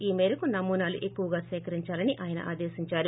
ఈ మేరకు నమూనాలు ఎక్కువగా సేకరించాలని ఆయన ఆదేశించారు